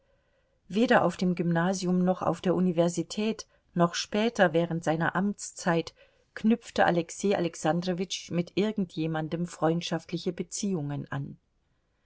weder auf dem gymnasium noch auf der universität noch später während seiner amtszeit knüpfte alexei alexandrowitsch mit irgend jemandem freundschaftliche beziehungen an